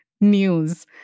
news